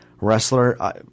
wrestler